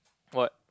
what